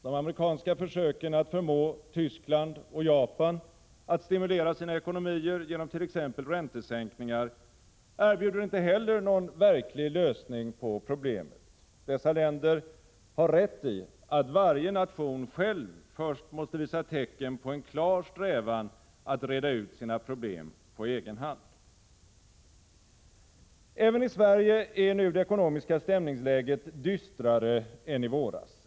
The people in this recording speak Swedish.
De amerikanska försöken att förmå Tyskland och Japan att stimulera sina ekonomier genom t.ex. räntesänkningar erbjuder inte heller någon verklig lösning på problemet. Dessa länder har rätt i att varje nation själv först måste visa tecken på en klar strävan att reda ut sina problem på egen hand. Även i Sverige är nu det ekonomiska stämningsläget dystrare än i våras.